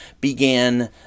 began